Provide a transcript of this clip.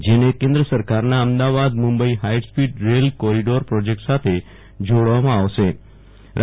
જેને કેન્દ્ર સરકારના Ahmedabad Mumbai high speed rail corridor project સાથે જોડવામાં આવશષે